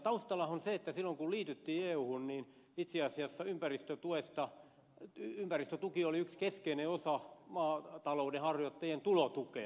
taustallahan on se että silloin kun liityttiin euhun niin itse asiassa ympäristötuki oli yksi keskeinen osa maataloudenharjoittajien tulotukea